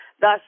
Thus